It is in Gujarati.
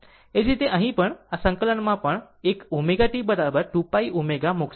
એ જ રીતે અહીં પણ આ સંકલનમાં પણ આ એક ω t બરાબર 2πω મૂકશે